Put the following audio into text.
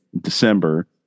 december